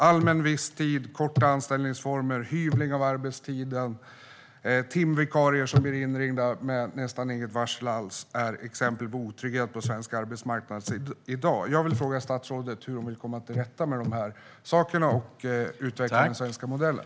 Allmän visstid, korta anställningsformer, hyvling av arbetstiden och timvikarier som blir inringda med nästan inget varsel alls är exempel på otrygghet på svensk arbetsmarknad i dag. Jag vill fråga statsrådet hur hon vill komma till rätta med de här sakerna och utveckla den svenska modellen.